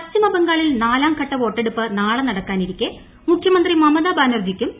പശ്ചിമബംഗാളിൽ നാലാംഘട്ട വോട്ടെടുപ്പ് നാളെ നടക്കാനിരിക്കെ മുഖ്യമന്ത്രി മമതാ ബാനർജിയ്ക്കും ബി